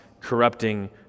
corrupting